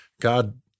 God